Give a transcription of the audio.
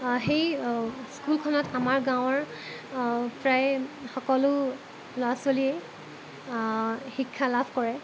সেই স্কুলখনত আমাৰ গাঁৱৰ প্ৰায় সকলো ল'ৰা ছোৱালীয়ে শিক্ষা লাভ কৰে